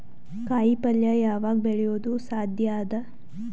ಕಾಯಿಪಲ್ಯ ಯಾವಗ್ ಬೆಳಿಯೋದು ಸಾಧ್ಯ ಅದ?